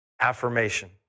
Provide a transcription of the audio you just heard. affirmation